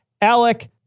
Alec